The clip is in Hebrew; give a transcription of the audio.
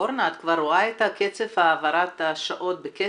ארנה, את רואה את קצב העברת השעות בכסף?